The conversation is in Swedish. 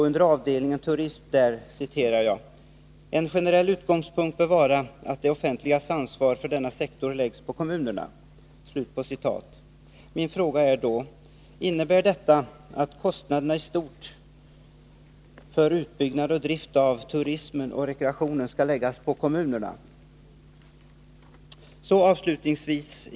Under avdelningen Turism citerar jag: ”En generell utgångspunkt bör vara att det offentligas ansvar för denna sektor läggs på kommunerna.” Min fråga blir då: Innebär detta att kostnaderna i stort för utbyggnad och drift av turismen och rekreationen skall läggas på kommunerna?